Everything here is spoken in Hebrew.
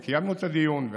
שקיימנו עליו את הדיון,